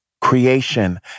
creation